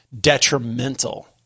detrimental